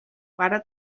pare